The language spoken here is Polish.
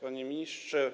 Panie Ministrze!